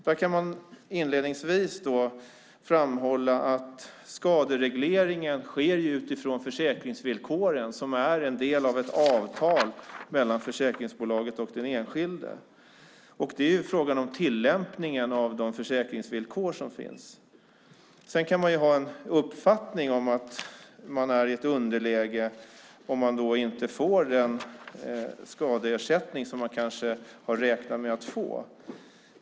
Till att börja med kan det framhållas att skaderegleringen sker utifrån försäkringsvillkoren som är en del av ett avtal mellan försäkringsbolaget och den enskilde. Det är fråga om tillämpningen av de försäkringsvillkor som finns. Sedan kan man ha en uppfattning om att vara i underläge om man inte får den skadeersättning som man kanske har räknat med att få.